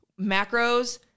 macros